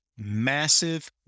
massive